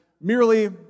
merely